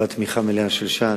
וקיבלת תמיכה מלאה של ש"ס.